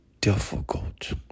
difficult